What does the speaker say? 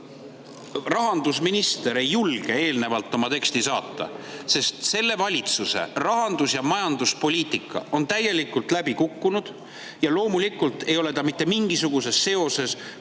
rahandusminister ei julge eelnevalt oma teksti saata. Selle valitsuse rahandus‑ ja majanduspoliitika on täielikult läbi kukkunud. Loomulikult ei ole see mitte mingisuguses seoses nende